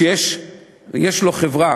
כשיש לו חברה